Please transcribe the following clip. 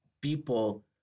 people